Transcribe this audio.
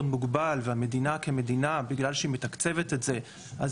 מוגבל והמדינה כמדינה בגלל שהיא מתקצבת את זה אז